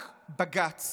רק בג"ץ